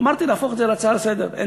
אמרתי שאהפוך את זה להצעה לסדר-היום.